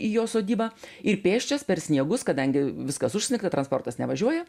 į jo sodybą ir pėsčias per sniegus kadangi viskas užsnigta transportas nevažiuoja